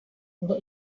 ngo